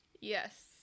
Yes